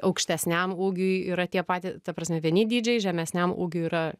aukštesniam ūgiui yra tie paty ta prasme vieni dydžiai žemesniam ūgiui yra